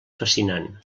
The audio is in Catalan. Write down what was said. fascinant